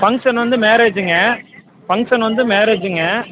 function வந்து மேரேஜுங்க function வந்து மேரேஜுங்க